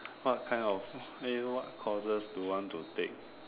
what kind of !aiyo! what courses do you want to take